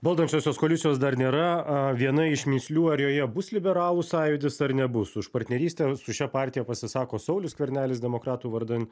valdančiosios koalicijos dar nėra a viena iš mįslių ar joje bus liberalų sąjūdis ar nebus už partnerystę su šia partija pasisako saulius skvernelis demokratų vardan